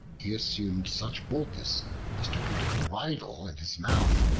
he assumed such boldness as to put a bridle in his mouth,